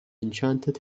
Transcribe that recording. enchanted